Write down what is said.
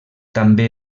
també